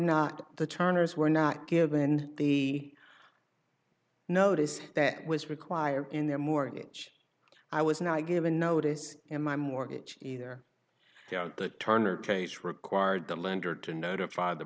not the turners were not given the notice that was required in their mortgage i was not given notice in my mortgage either that turner case required the lender to notify the